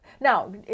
Now